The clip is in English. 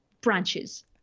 branches